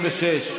46,